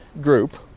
group